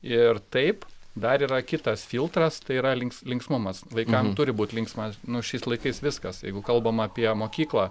ir taip dar yra kitas filtras tai yra links linksmumas vaikam turi būti linksma nu šiais laikais viskas jeigu kalbam apie mokyklą